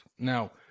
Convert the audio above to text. Now